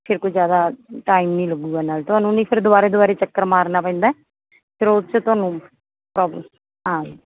ਫਿਰ ਕੋਈ ਜ਼ਿਆਦਾ ਟਾਇਮ ਨਹੀਂ ਲੱਗੇਗਾ ਨਾਲੇ ਤੁਹਾਨੂੰ ਨਹੀਂ ਫਿਰ ਦੁਬਾਰੇ ਦੁਬਾਰੇ ਚੱਕਰ ਮਾਰਨਾ ਪੈਂਦਾ ਫਿਰ ਉਹ 'ਚ ਤੁਹਾਨੂੰ ਪ੍ਰੋਬਲਮ ਹਾਂ